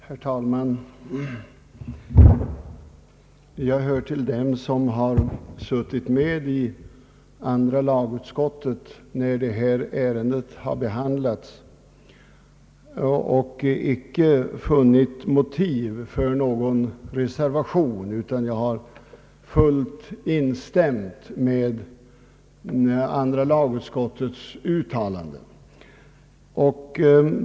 Herr talman! Jag hör till dem som suttit med i andra lagutskottet när föreliggande ärende behandlats, och jag har icke funnit motiv för någon reservation utan fullt instämt i andra lagutskottets uttalande.